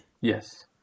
Yes